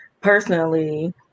personally